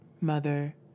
mother